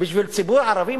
בשביל ציבור ערבי?